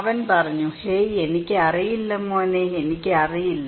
അവൻ പറഞ്ഞു ഹേയ് എനിക്കറിയില്ല മോനേ എനിക്കറിയില്ല